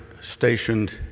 stationed